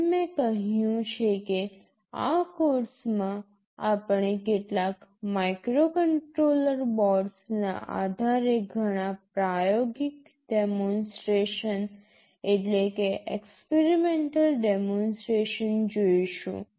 જેમ મેં કહ્યું છે કે આ કોર્ષમાં આપણે કેટલાક માઇક્રોકન્ટ્રોલર બોર્ડ્સના આધારે ઘણા પ્રાયોગિક ડેમોનસ્ટ્રેશન જોઈશું